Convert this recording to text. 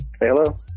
hello